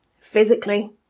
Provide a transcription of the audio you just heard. physically